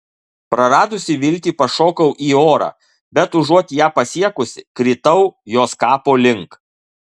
praradusi viltį pašokau į orą bet užuot ją pasiekusi kritau jos kapo link